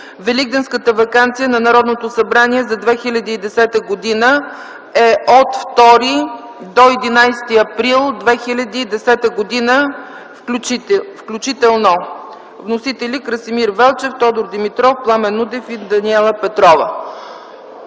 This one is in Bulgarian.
Великденската ваканция на Народното събрание за 2010 г. е от 2 до 11 април 2010 г. включително. ” Вносители са Красимир Велчев, Тодор Димитров, Пламен Нунев и Даниела Петрова.